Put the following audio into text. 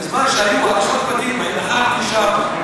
בזמן שהיו הריסות בתים אני נכחתי שם.